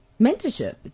mentorship